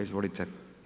Izvolite.